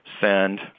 send